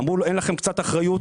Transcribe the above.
אמרו לו, אין לכם קצת אחריות?